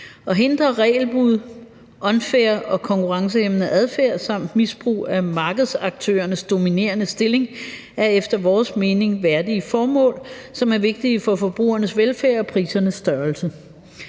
At hindre regelbrud og unfair og konkurrencehæmmende adfærd samt misbrug af markedsaktørernes dominerende stilling er efter vores mening værdige formål, som er vigtige for forbrugernes velfærd og priserne størrelse.